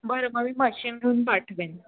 बरं मग मी मशीन घेऊन पाठवेन